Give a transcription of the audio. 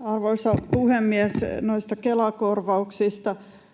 Arvoisa puhemies! Noista Kela-korvauksista: